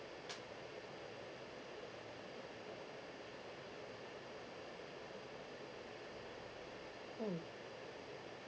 mm